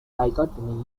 dichotomy